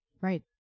Right